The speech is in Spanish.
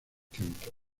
tiempos